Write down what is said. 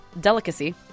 delicacy